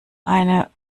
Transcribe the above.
eine